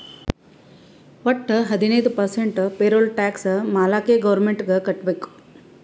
ವಟ್ಟ ಹದಿನೈದು percent payroll tax ಮಾಲ್ಲಾಕೆ ಗೌರ್ಮೆಂಟ್ಗ್ ಕಟ್ಬೇಕ್